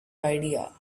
idea